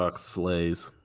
slays